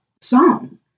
song